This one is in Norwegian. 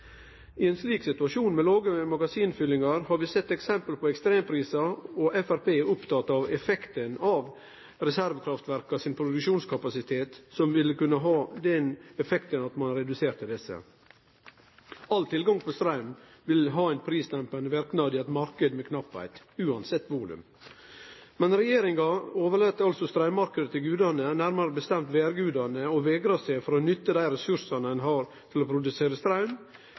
I ein slik situasjon med låge magasinfyllingar har vi sett eksempel på ekstremprisar, og Framstegspartiet er oppteke av effekten av reservekraftverka sin produksjonskapasitet, som vil kunne ha som effekt reduserte prisar. All tilgang på straum vil ha ein prisdempande verknad i ein marknad med mangel, uansett volum. Men regjeringa overlèt altså straummarknaden til gudane, nærmare bestemt vêrgudane, og vegrar seg for å nytte dei ressursane ein har, til å produsere straum,